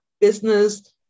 Business